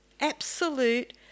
absolute